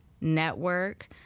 network